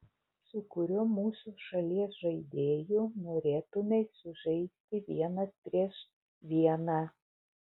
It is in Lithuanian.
su kuriuo mūsų šalies žaidėju norėtumei sužaisti vienas prieš vieną